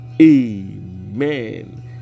amen